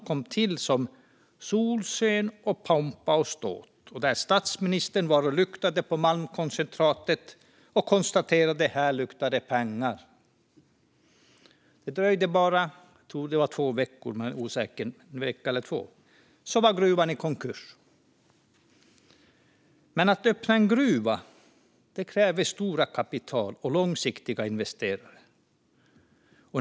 Den kom till under solsken och pompa och ståt, och statsministern var där och luktade på malmkoncentratet och konstaterade: Här luktar det pengar. Sedan dröjde det bara en vecka eller två - jag tror att det var två veckor, men jag är osäker - innan gruvan var i konkurs. Att öppna en gruva kräver stort kapital och långsiktiga investerare.